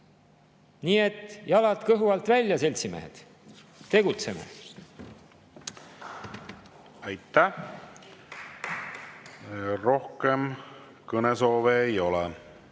Nii et jalad kõhu alt välja, seltsimehed! Tegutseme! Aitäh! Rohkem kõnesoove ei ole.